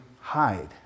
hide